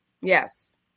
Yes